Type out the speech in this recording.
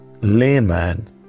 layman